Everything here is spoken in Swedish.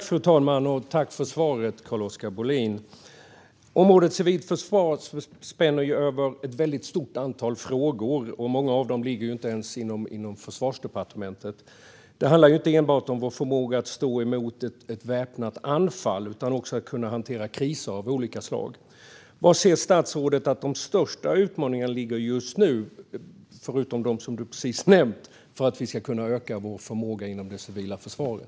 Fru talman! Tack för svaret, Carl-Oskar Bohlin. Området civilt försvar spänner över ett väldigt stort antal frågor, och många av dem ligger inte ens inom Försvarsdepartementet. Det handlar inte enbart om vår förmåga att stå emot ett väpnat anfall utan också om att kunna hantera kriser av olika slag. Var ser statsrådet att de största utmaningarna finns just nu, förutom de som han nu nämnde, för att vi ska kunna öka vår förmåga inom det civila försvaret?